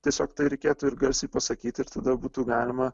tiesiog tai reikėtų ir garsiai pasakyti ir tada būtų galima